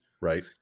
right